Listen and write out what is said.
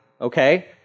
okay